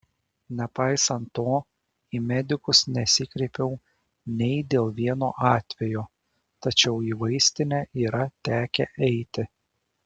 nepaisant to į medikus nesikreipiau nei dėl vieno atvejo tačiau į vaistinę yra tekę eiti